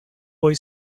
boy